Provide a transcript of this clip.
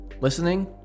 listening